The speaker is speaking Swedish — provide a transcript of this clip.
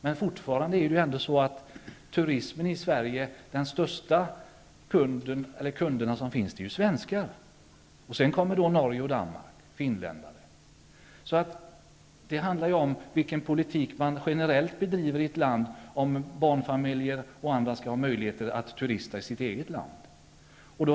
Men fortfarande är de största kunderna när det gäller turismen i Sverige svenskarna. Sedan kommer norrmän, danskar och finländare. Det handlar om vilken politik man bedriver generellt, om barnfamiljer och andra skall ha möjlighet att turista i sitt eget land.